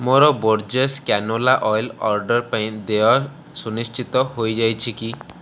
ମୋର Borges canola oil order ପାଇଁ ଦେୟ ସୁନିଶ୍ଚିତ ହୋଇଯାଇଛି କି